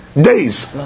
days